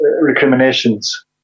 recriminations